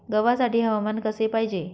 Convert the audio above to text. गव्हासाठी हवामान कसे पाहिजे?